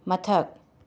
ꯃꯊꯛ